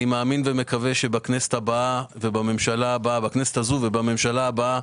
אני מאמין ומקווה שבכנסת הזו ובממשלה הבאה